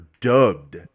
dubbed